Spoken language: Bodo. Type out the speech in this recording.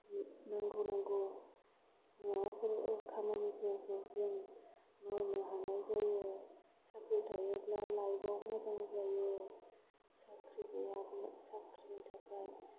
नांगौ नांगौ माबाफोर खामानिफोरखौ जों मावनो हानाय जायो साख्रि थायोब्ला लाइफाव मोजां जायो साख्रि गैयाब्ला साख्रिनि थाखाय